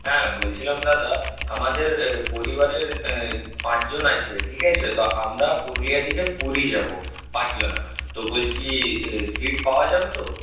হ্যাঁ বলছিলাম দাদা আমাদের পরিবারের পাঁচজন আছে ঠিক আছে তো আমরা পুরুলিয়া থেকে পুরী যাব পাঁচ জন তো বলছি সিট পাওয়া যাবে তো